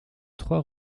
trois